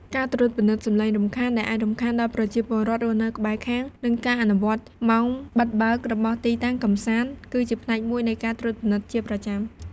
ការត្រួតពិនិត្យ សំឡេងរំខាន ដែលអាចរំខានដល់ប្រជាពលរដ្ឋរស់នៅក្បែរខាង និងការអនុវត្ត ម៉ោងបិទបើក របស់ទីតាំងកម្សាន្ត គឺជាផ្នែកមួយនៃការត្រួតពិនិត្យជាប្រចាំ។